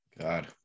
god